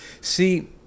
See